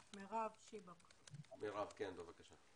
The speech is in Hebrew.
מירב שיבק, בבקשה.